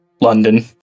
London